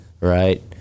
right